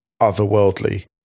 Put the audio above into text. otherworldly